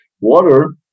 Water